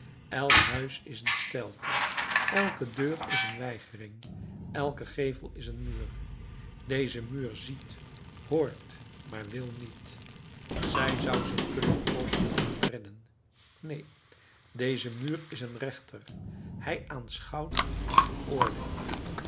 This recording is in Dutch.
elk huis is een steilte elke deur is een weigering elke gevel is een muur deze muur ziet hoort maar wil niet zij zou zich kunnen openen en redden neen deze muur is een rechter hij aanschouwt en veroordeelt